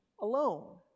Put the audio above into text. alone